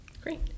Great